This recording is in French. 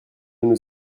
nous